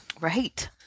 Right